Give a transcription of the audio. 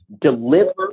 Deliver